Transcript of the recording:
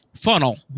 funnel